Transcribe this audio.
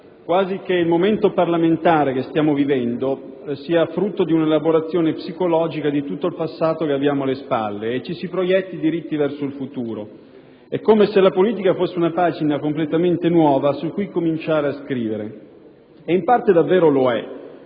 quasi che il momento parlamentare che stiamo vivendo sia frutto di un'elaborazione psicologica di tutto il passato che abbiamo alle spalle e ci si proietti diritti verso il futuro. È come se la politica fosse una pagina completamente nuova su cui cominciare a scrivere e in parte davvero lo è,